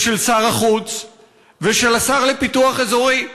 של שר החוץ ושל השר לפיתוח אזורי,